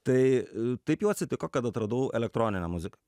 tai taip jau atsitiko kad atradau elektroninę muziką